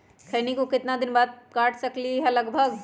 खैनी को कितना दिन बाद काट सकलिये है लगभग?